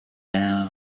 now